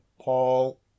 Paul